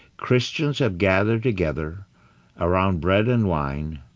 christians have gathered together around bread and wine,